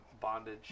bondage